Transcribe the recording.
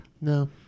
No